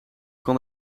kan